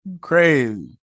Crazy